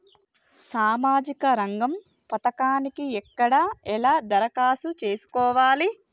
సామాజిక రంగం పథకానికి ఎక్కడ ఎలా దరఖాస్తు చేసుకోవాలి?